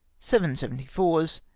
seven seventy four s,